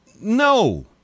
No